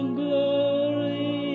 glory